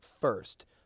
first